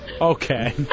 Okay